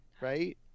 right